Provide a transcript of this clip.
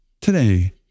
today